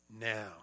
now